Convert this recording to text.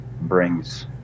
brings